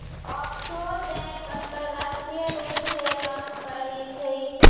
offshore bank अंतरराष्ट्रीय रूप से काम करइ छइ